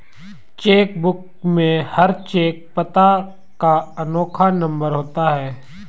check book में हर cheque पता का अनोखा नंबर होता है